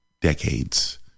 decades